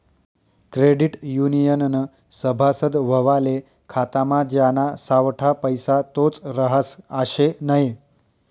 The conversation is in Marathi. क्रेडिट युनियननं सभासद व्हवाले खातामा ज्याना सावठा पैसा तोच रहास आशे नै